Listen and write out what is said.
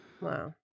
wow